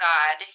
God